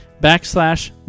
backslash